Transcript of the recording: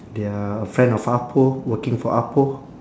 they are a fan of ah poh working for ah poh